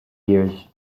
years